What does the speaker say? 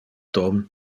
tom